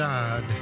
God